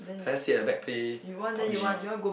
I just sit at the back play pub G